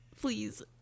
please